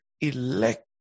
elect